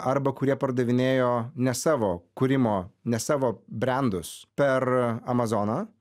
arba kurie pardavinėjo ne savo kūrimo ne savo brendus per amazoną